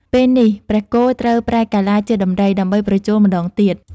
ពេលនេះព្រះគោត្រូវប្រែកាឡាជាដំរី ដើម្បីប្រជល់ម្ដងទៀត។